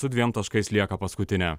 su dviem taškais lieka paskutinė